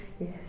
Yes